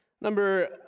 number